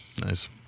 Nice